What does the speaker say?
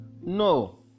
No